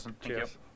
Cheers